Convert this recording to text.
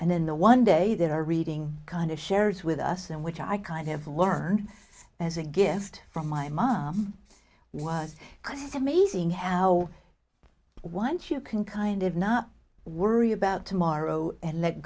and then the one day that our reading kind of shares with us and which i kind of learned as a gift from my mom was just amazing how once you can kind of not worry about tomorrow and let